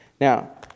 Now